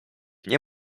nie